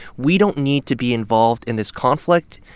we don't need to be involved in this conflict.